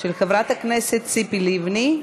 של חברת הכנסת ציפי לבני.